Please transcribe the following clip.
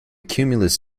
cumulus